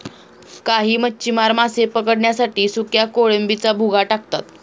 काही मच्छीमार मासे पकडण्यासाठी सुक्या कोळंबीचा भुगा टाकतात